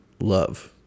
love